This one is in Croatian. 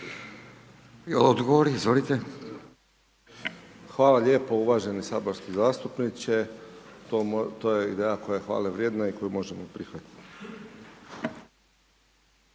Tomislav (HDZ)** Hvala lijepo uvaženi saborski zastupniče. To je ideja koja je hvale vrijedna i koju možemo prihvatiti.